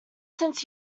since